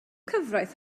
cyfraith